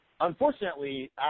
Unfortunately